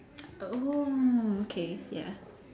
oh okay ya